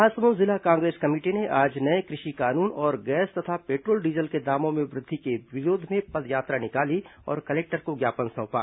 महासमुंद जिला कांग्रेस कमेटी ने आज नये कृषि कानून और गैस तथा पेट्रोल डीजल में दामों में वृद्धि के विरोध में पदयात्रा निकाली और कलेक्टर को ज्ञापन सौंपा